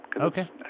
Okay